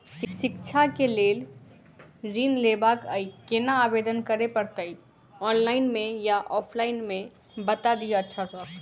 शिक्षा केँ लेल लऽ ऋण लेबाक अई केना आवेदन करै पड़तै ऑनलाइन मे या ऑफलाइन मे बता दिय अच्छा सऽ?